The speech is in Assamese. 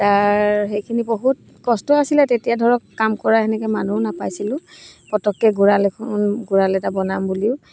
তাৰ সেইখিনি বহুত কষ্ট আছিলে তেতিয়া ধৰক কাম কৰা সেনেকৈ মানুহ নাপাইছিলোঁ পটককৈ গঁৰাল এখন গঁৰাল এটা বনাম বুলিও